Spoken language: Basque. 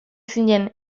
zinen